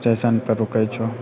station पर रुकै छौ